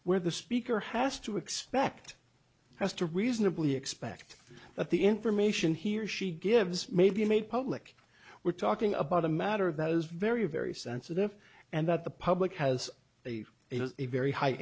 where the speaker has to expect us to reasonably expect that the information he or she gives may be made public we're talking about a matter of that is very very sensitive and that the public has a it is a very high